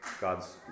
God's